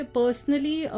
personally